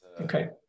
Okay